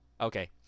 Okay